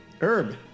Herb